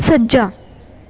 ਸੱਜਾ